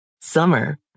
Summer